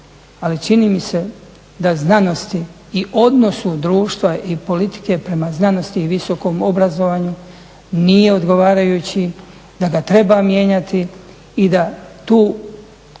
ali čini mi se da znanosti i odnosu društva i politike prema znanosti i visokom obrazovanju nije odgovarajući, da ga treba mijenjati i da tu najviše